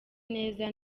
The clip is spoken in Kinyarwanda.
neza